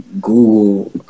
Google